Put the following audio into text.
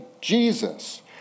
Jesus